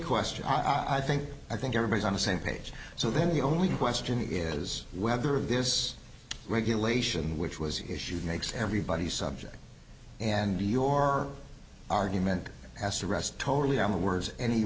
question i think i think everybody's on the same page so then the only question is whether of this regulation which was issued makes everybody subject and your argument has to rest totally on the words any